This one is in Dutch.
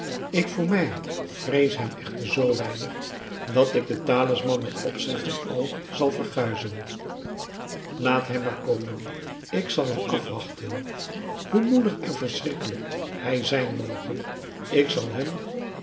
ik voor mij vrees hem echter zoo weinig dat ik den talisman met opschrift en al zal vergruizen laat hem maar komen ik zal hem afwachten hoe moedig en verschrikkelijk hij zijn moge ik zal hem